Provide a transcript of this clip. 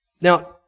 Now